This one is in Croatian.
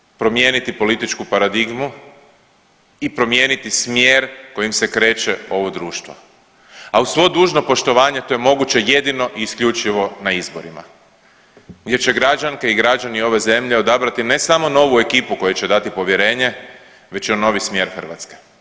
Nužno je promijeniti političku paradigmu i promijeniti smjer kojim se kreće ovo društvo, a uz svo dužno poštovanje, to je moguće jedino i isključivo na izborima gdje će građanke i građani ove zemlje odabrati ne samo novu ekipu kojoj će dati povjerenje, već i novi smjer Hrvatske.